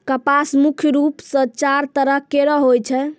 कपास मुख्य रूप सें चार तरह केरो होय छै